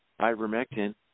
ivermectin